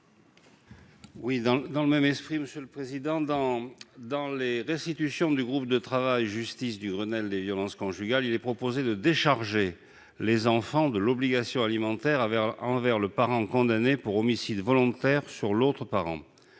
: La parole est à M. Jean-Pierre Grand. Dans les restitutions du groupe de travail « justice » du Grenelle des violences conjugales, il est proposé de décharger les enfants de l'obligation alimentaire envers le parent condamné pour homicide volontaire sur l'autre parent.